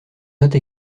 note